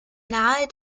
nahe